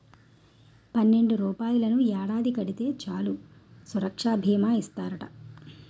పన్నెండు రూపాయలని ఏడాది కడితే చాలు సురక్షా బీమా చేస్తారట